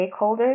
stakeholders